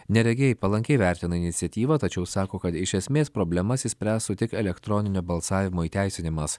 neregiai palankiai vertina iniciatyvą tačiau sako kad iš esmės problemas išspręstų tik elektroninio balsavimo įteisinimas